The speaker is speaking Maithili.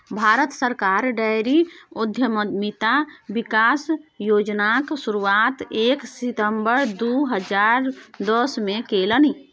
भारत सरकार डेयरी उद्यमिता विकास योजनाक शुरुआत एक सितंबर दू हजार दसमे केलनि